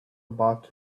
about